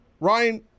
Ryan